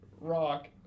rock